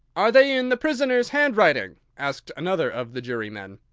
are they in the prisoner's handwriting? asked another of the jurymen.